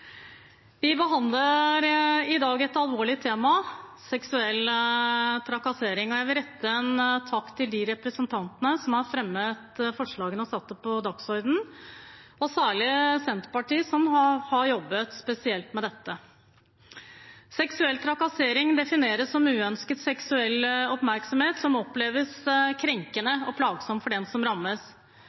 Vi behandler i dag et alvorlig tema, seksuell trakassering. Jeg vil rette en takk til de representantene som har fremmet forslagene og satt det på dagsordenen, særlig Senterpartiet, som har jobbet spesielt med dette. Seksuell trakassering defineres som uønsket seksuell oppmerksomhet som oppleves krenkende og plagsom